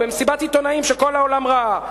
במסיבת עיתונאים שכל העולם ראה.